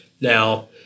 Now